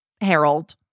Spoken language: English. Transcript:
Harold